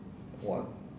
one